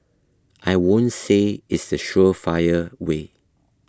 I won't say it's the surefire way